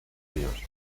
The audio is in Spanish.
ríos